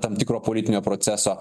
tam tikro politinio proceso